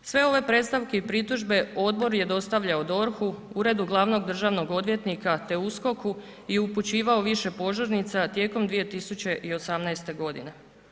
Sve ove predstavke i pritužbe odbor je dostavljao DORH-u, Uredu glavnog državnog odvjetnika te USKOK-u i upućivao više požurnica tijekom 2018. godine.